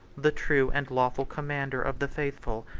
the true and lawful commander of the faithful,